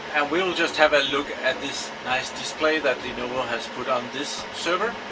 we'll we'll just have a look at this nice display that lenovo has put on this server.